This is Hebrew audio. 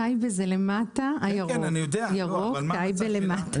אחיטוב מתי היא הייתה קמה אם לא הייתם מבטלים אותה?